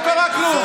לא קרה כלום.